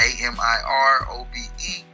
A-M-I-R-O-B-E